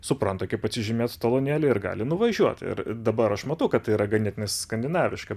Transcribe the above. supranta kaip atsižymėt talonėlį ir gali nuvažiuoti ir dabar aš matau kad tai yra ganėtinai skandinaviška